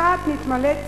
מחד גיסא, נתמלאתי